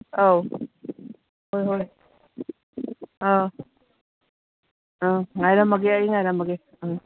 ꯑꯧ ꯍꯣꯏ ꯍꯣꯏ ꯑꯧ ꯑꯧ ꯉꯥꯏꯔꯝꯃꯒꯦ ꯑꯩ ꯉꯥꯏꯔꯝꯃꯒꯦ ꯑꯪ